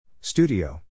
Studio